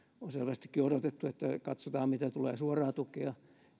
on selvästikin odotettu että katsotaan mitä tulee suoraa tukea